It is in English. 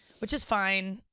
which is fine,